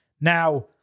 Now